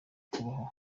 kubaho